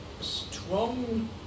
strong